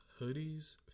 hoodies